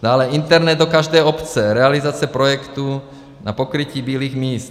Dále Internet do každé obce realizace projektu na pokrytí bílých míst.